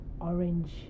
orange